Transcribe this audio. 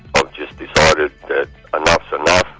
i've just decided that enough's enough.